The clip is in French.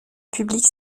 publique